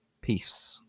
Peace